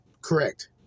Correct